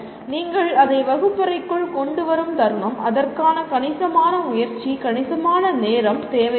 நீங்கள் அதை வகுப்பறைக்குள் கொண்டு வரும் தருணம் அதற்கான கணிசமான முயற்சி கணிசமான நேரம் தேவைப்படும்